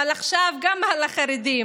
אבל עכשיו גם על החרדים,